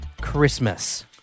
Christmas